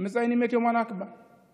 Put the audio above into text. מציינים את יום העצמאות שלנו,